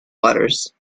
waters